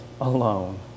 alone